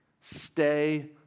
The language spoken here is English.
stay